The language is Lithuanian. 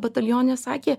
batalione sakė